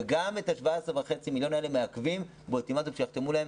וגם את ה-17.5 האלה מעכבים באולטימטום שיחתמו להם.